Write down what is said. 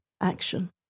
action